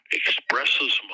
expresses